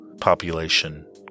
population